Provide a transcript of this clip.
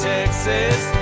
Texas